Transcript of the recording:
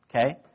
Okay